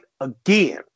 again